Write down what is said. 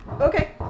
Okay